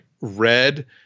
red